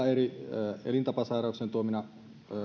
eri elintapasairauksien tuomina